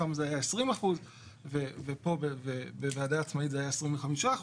שם זה היה 20% ובוועדה עצמאית זה 25%